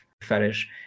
fetish